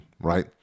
Right